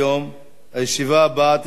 הישיבה הבאה תתקיים מחר,